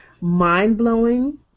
mind-blowing